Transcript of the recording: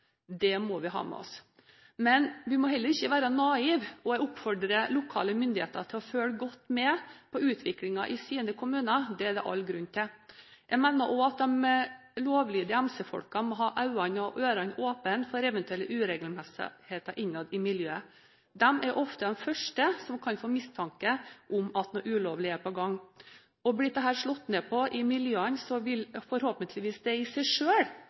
Det må vi ha med oss. Men vi må heller ikke være naive, og jeg oppfordrer lokale myndigheter til å følge godt med på utviklingen i sine kommuner. Det er det all grunn til. Jeg mener òg at de lovlydige MC-folkene må ha øyne og ører åpne for eventuelle uregelmessigheter innad i miljøet. De er ofte de første som kan få mistanke om at noe ulovlig er på gang. Blir dette slått ned på i miljøene, vil forhåpentligvis det i seg